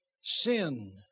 Sin